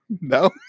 no